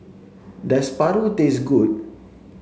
does Paru taste good